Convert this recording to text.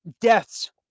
deaths